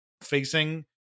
facing